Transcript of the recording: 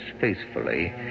faithfully